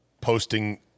posting